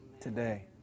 today